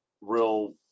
real